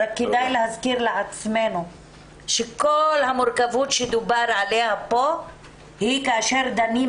רק כדאי להזכיר לעצמנו שכל המורכבות שדובר עליה פה היא כאשר דנים